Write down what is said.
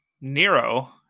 Nero